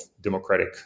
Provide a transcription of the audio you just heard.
democratic